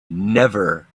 never